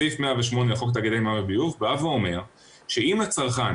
סעיף 108 לחוק תאגידי מים וביוב בא ואומר שאם הצרכן,